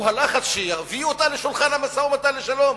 הלחץ שיביא אותה לשולחן המשא-ומתן לשלום?